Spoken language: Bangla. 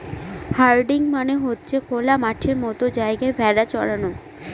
হার্ডিং মানে হচ্ছে খোলা মাঠের মতো জায়গায় ভেড়া চরানো